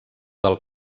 del